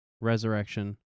Resurrection